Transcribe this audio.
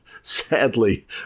Sadly